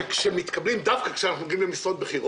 בעניין הניסיון, אם אתה בא למשל למקום,